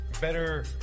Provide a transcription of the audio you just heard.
better